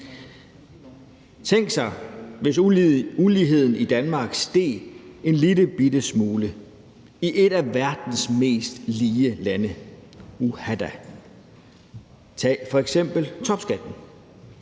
Tænk sig, hvis uligheden i Danmark steg en lillebitte smule i et af verdens mest lige lande – uha da! Tag f.eks. topskatten.